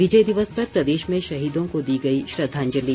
विजय दिवस पर प्रदेश में शहीदों को दी गई श्रद्वांजलि